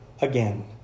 again